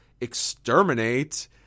exterminate